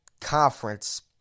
conference